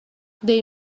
they